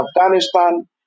Afghanistan